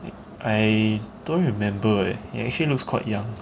I don't remember leh he actually looks quite young